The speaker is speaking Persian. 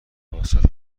واست